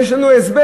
יש לנו הסבר,